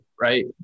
Right